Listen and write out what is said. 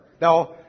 now